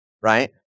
right